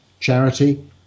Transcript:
charity